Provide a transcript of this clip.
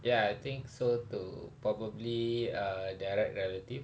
ya I think so too probably uh direct relative